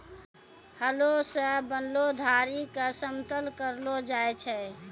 हलो सें बनलो धारी क समतल करलो जाय छै?